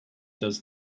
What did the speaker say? does